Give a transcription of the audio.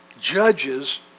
judges